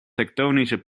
tektonische